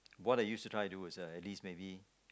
what I used to try to do is at least maybe